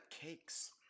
cakes